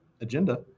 agenda